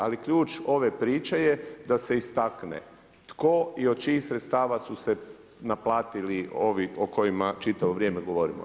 Ali ključ ove priče je da se istakne tko i od čijih sredstava su se naplatili ovi o kojima čitavo vrijeme govorimo.